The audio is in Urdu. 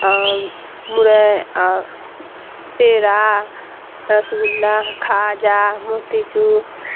اور مڑے اور پیڑا رس گلا کھاجا موتی چور